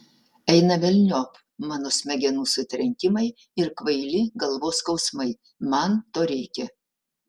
eina velniop mano smegenų sutrenkimai ir kvaili galvos skausmai man to reikia